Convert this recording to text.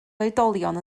oedolion